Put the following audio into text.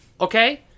Okay